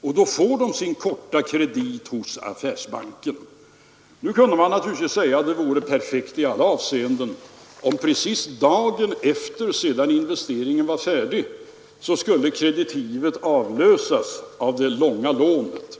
och får sin korta kredit där. Man kunde naturligtvis säga att det vore perfekt i alla avseenden, om kreditivet kunde avlösas av det långa lånet dagen efter det investeringen var gjord.